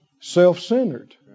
Self-centered